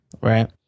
Right